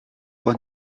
juan